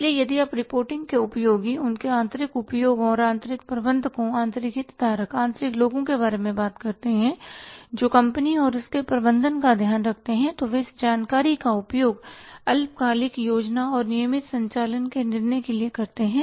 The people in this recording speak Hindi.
इसलिए यदि आप रिपोर्टिंग के उपयोगों उनके आंतरिक उपयोगों और आंतरिक प्रबंधकों आंतरिक हितधारक आंतरिक लोगों के बारे में बात करते हैं जो कंपनी और इसके प्रबंधन का ध्यान रखते हैं तो वे इस जानकारी का उपयोग अल्पकालिक योजना और नियमित संचालन के नियंत्रण के लिए करते हैं